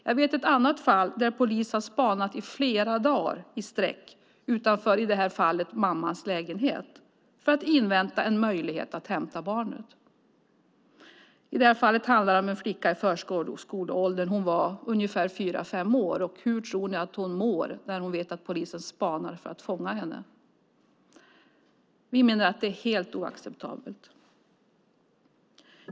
Jag vet ett annat fall där polis har spanat i flera dagar i sträck utanför, i det här fallet, mammans lägenhet för att invänta en möjlighet att hämta barnet. I det fallet handlade det om en flicka i förskoleåldern. Hon var fyra, fem år. Hur tror ni att hon mår när hon vet att polisen spanar för att fånga henne? Vi menar att det är helt oacceptabelt.